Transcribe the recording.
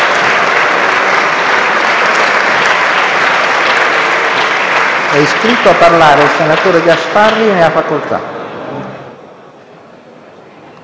È iscritto a parlare il senatore Stefano. Ne ha facoltà.